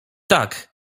tak